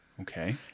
Okay